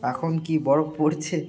এখন কি বরফ পড়ছে